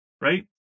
right